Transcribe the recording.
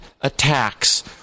attacks